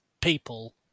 people